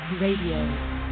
Radio